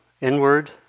inward